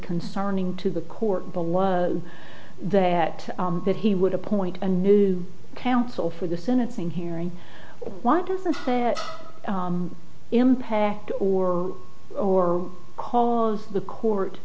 concerning to the court below that that he would appoint a new counsel for the sentencing hearing why doesn't that impact or or cause the court